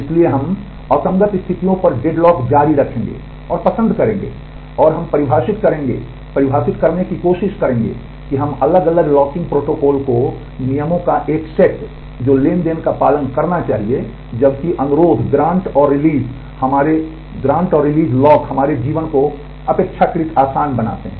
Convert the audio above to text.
इसलिए हम असंगत स्थितियों पर डेडलॉक जारी रखेंगे और पसंद करेंगे और हम परिभाषित करेंगे परिभाषित करने की कोशिश करेंगे कि हम अलग अलग लॉकिंग प्रोटोकॉल को नियमों का एक सेट जो ट्रांज़ैक्शन का पालन करना चाहिए जबकि अनुरोध और रिलीज़ लॉक हमारे जीवन को अपेक्षाकृत आसान बनाते हैं